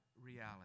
reality